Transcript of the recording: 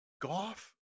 golf